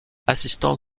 assistant